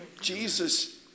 Jesus